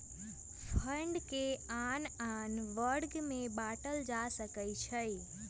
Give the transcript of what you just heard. fund के आन आन वर्ग में बाटल जा सकइ छै